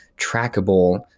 trackable